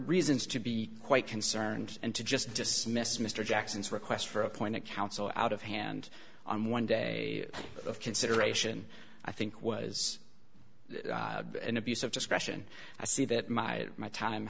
reasons to be quite concerned and to just dismiss mr jackson's request for appointed counsel out of hand on one day of consideration i think was an abuse of discretion i see that my my time